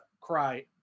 cry